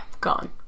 Gone